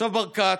עכשיו ברקת,